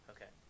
Okay